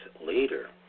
later